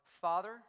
father